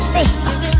Facebook